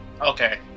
Okay